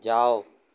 جاؤ